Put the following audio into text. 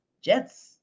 Jets